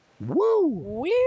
Woo